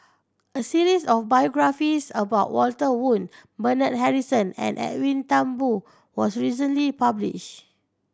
a series of biographies about Walter Woon Bernard Harrison and Edwin Thumboo was recently published